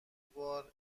بار